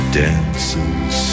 dances